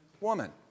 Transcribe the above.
woman